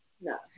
No